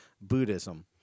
Buddhism